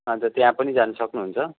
अन्त त्यहाँ पनि जान सक्नुहुन्छ